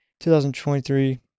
2023